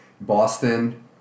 Boston